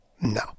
no